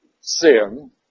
sin